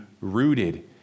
rooted